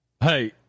Hey